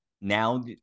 now